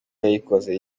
yayikoze